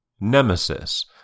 Nemesis